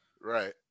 Right